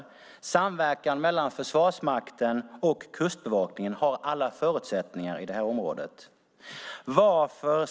En samverkan mellan Försvarsmakten och Kustbevakningen har alla förutsättningar att utvecklas i det här området.